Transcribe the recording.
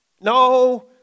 No